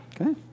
Okay